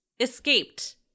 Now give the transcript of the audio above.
escaped